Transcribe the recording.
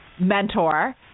mentor